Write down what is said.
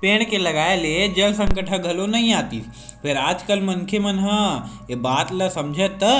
पेड़ के लगाए ले जल संकट ह घलो नइ आतिस फेर आज कल मनखे मन ह ए बात ल समझय त